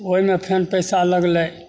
ओइमे फेन पैसा लगलय